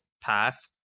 path